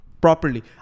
properly